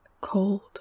cold